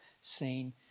seen